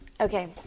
Okay